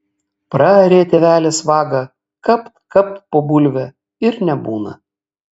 praarė tėvelis vagą kapt kapt po bulvę ir nebūna